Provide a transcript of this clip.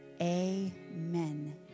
Amen